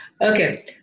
Okay